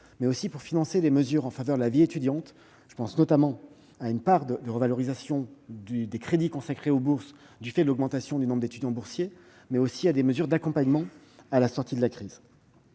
et pour financer les mesures en faveur de la vie étudiante. Je pense notamment à la revalorisation des crédits consacrés aux bourses du fait de l'augmentation du nombre d'étudiants boursiers, mais aussi à des mesures d'accompagnement de la sortie de crise.